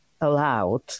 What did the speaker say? Allowed